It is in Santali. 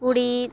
ᱠᱩᱬᱤᱫ